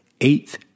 eighth